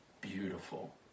beautiful